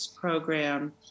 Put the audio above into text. program